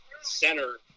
center